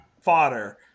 fodder